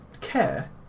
care